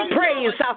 praise